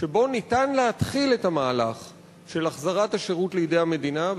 שבו ניתן להתחיל את המהלך של החזרת השירות לידי המדינה.